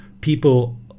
people